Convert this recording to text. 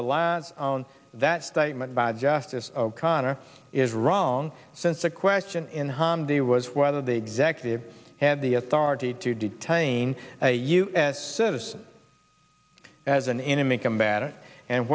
rely on that statement by justice o'connor is wrong since a question on the was whether the executive had the authority to detain a u s citizen as an enemy combatant and